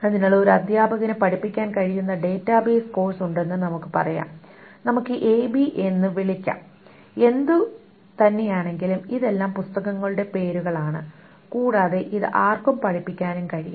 അതിനാൽ ഒരു അധ്യാപകന് പഠിപ്പിക്കാൻ കഴിയുന്ന ഡാറ്റാബേസ് കോഴ്സ് ഉണ്ടെന്ന് നമുക്ക് പറയാം നമുക്ക് എബി എന്ന് വിളിക്കാം എന്തു തന്നെയാണെങ്കിലും ഇതെല്ലാം പുസ്തകങ്ങളുടെ പേരുകളാണ് കൂടാതെ ഇത് ആർക്കും പഠിപ്പിക്കാനും കഴിയും